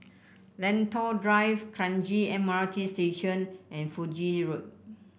Lentor Drive Kranji M R T Station and Fiji Road